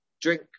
drink